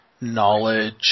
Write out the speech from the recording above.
knowledge